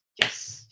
Yes